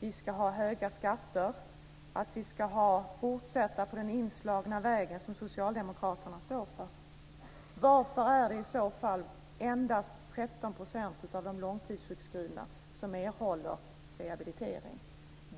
vi ska ha höga skatter och fortsätta på den inslagna väg som socialdemokraterna står för. Varför är det i så fall endast 13 % av de långtidssjukskrivna som erhåller rehabilitering?